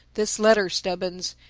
this letter, stubbins,